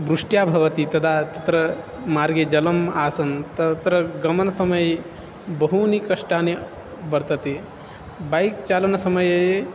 वृष्ट्या भवति तदा तत्र मार्गे जलम् आसीत् तत्र गमनसमये बहवः कष्टाः वर्तन्ते बैक् चालनसमये